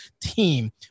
team